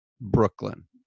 Brooklyn